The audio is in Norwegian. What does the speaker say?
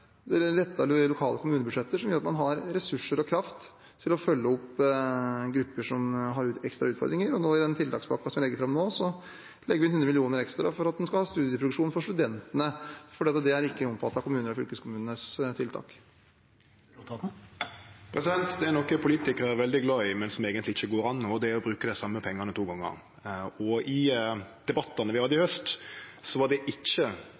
har ressurser og kraft til å følge opp grupper som har ekstra utfordringer. Og i den tiltakspakken som vi legger fram nå, legger vi inn 100 mill. kr ekstra til studieprogresjon for studentene, for det er ikke omfattet av kommunene og fylkeskommunenes tiltak. Det er noko som politikarar er veldig glad i, men som eigentleg ikkje går an, og det er å bruke dei same pengane to gongar. I debattane vi hadde i haust, var det ikkje